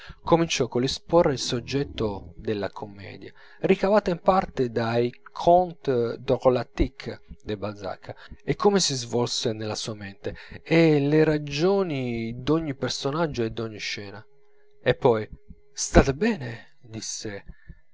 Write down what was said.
volumi cominciò coll'esporre il soggetto della commedia ricavata in parte dai contes drólatiques del balzac e come si svolse nella sua mente e le ragioni d'ogni personaggio e d'ogni scena e poi sta bene disse il dramma